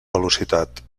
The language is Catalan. velocitat